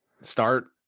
start